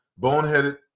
boneheaded